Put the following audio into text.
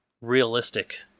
realistic